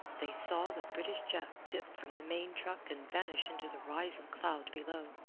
they saw the british jack dip from the main truck and vanish into the rising cloud below.